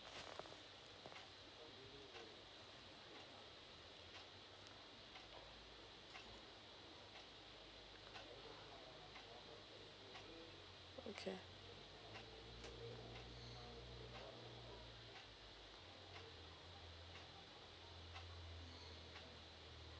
okay